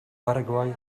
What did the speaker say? paraguay